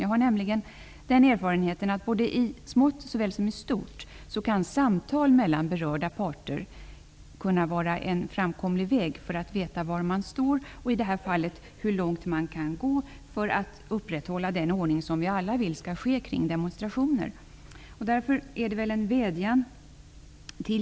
Jag har nämligen den erfarenheten att såväl som i stort som i smått kan samtal mellan berörda parter vara en framkomlig väg för att reda ut var man står och i det här fallet hur långt man kan gå för att upprätthålla den ordning som vi alla önskar skall råda under demonstrationer.